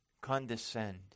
condescend